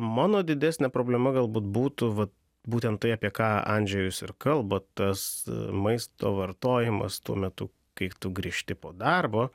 mano didesnė problema galbūt būtų va būtent tai apie ką andžejus ir kalba tas maisto vartojimas tuo metu kai tu grįžti po darbo